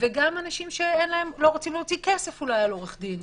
וגם אנשים שלא רוצים להוציא כסף על עורך דין.